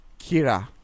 Kira